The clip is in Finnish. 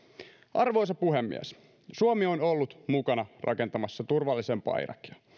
arvoisa puhemies suomi on ollut mukana rakentamassa turvallisempaa irakia